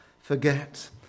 forget